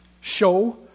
show